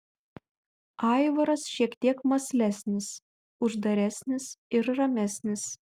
aivaras šiek tiek mąslesnis uždaresnis ir ramesnis